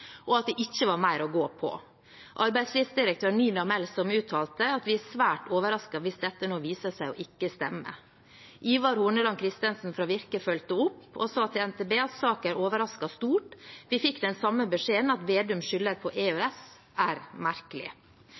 og at det ikke var mer å gå på. Arbeidslivsdirektør Nina Melsom i NHO uttalte: «Vi er svært overrasket hvis dette nå viser seg å ikke stemme.» Ivar Horneland Kristensen fra Virke fulgte opp og sa til NTB at saken overrasket stort. Videre sa han: «Vi fikk den samme beskjeden. At Vedum skylder på EØS, er merkelig.»